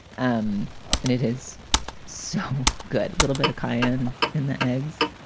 um and it is so good. little bit of cayenne in the eggs.